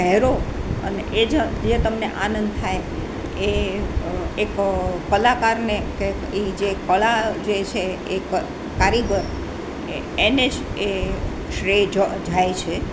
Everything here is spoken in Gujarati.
પહેરો અને એ જ જે તમને આનંદ થાય એ એક કલાકારને કે એ જે કલા જે છે એક કારીગર એને જ એ શ્રેય જ જાય છે